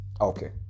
okay